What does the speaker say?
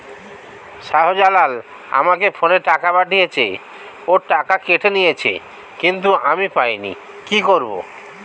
শাহ্জালাল আমাকে ফোনে টাকা পাঠিয়েছে, ওর টাকা কেটে নিয়েছে কিন্তু আমি পাইনি, কি করব?